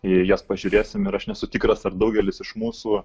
į jas pažiūrėsim ir aš nesu tikras ar daugelis iš mūsų